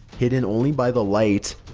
hidden only by the light.